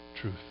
truth